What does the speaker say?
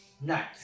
Nice